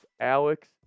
Alex